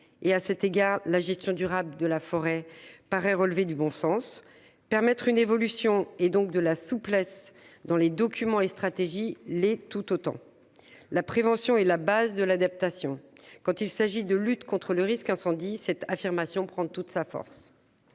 À cet égard, la gestion durable de la forêt paraît relever du bon sens ; permettre une évolution et donc prévoir de la souplesse dans les documents et stratégies le sont tout autant. La prévention est la base de l'adaptation. Quand il s'agit de lutter contre le risque d'incendie, cette affirmation prend tout son